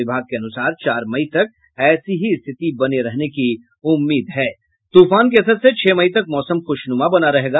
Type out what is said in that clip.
विभाग के अनुसार चार मई तक ऐसी स्थिति बनी रहने की उम्मीद है तूफान के असर से छह मई तक मौसम ख़ुशनुमा बना रहेगा